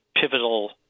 pivotal